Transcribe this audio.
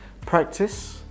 Practice